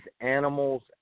animals